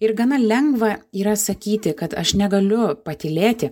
ir gana lengva yra sakyti kad aš negaliu patylėti